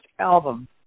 album